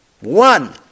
One